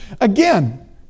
again